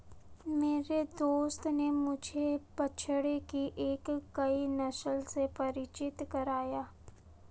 मेरे दोस्त ने मुझे बछड़े की एक नई नस्ल से परिचित कराया